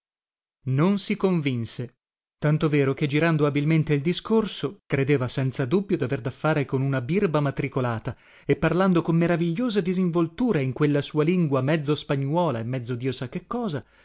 non si convinse tanto vero che girando abilmente il discorso credeva senza dubbio daver da fare con una birba matricolata e parlando con meravigliosa disinvoltura in quella sua lingua mezzo spagnuola e mezzo dio sa che cosa